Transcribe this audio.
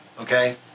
okay